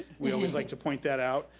we always like to point that out.